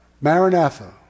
Maranatha